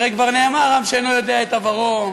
כבר נאמר: עם שאינו יודע את עברו,